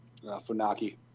Funaki